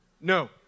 no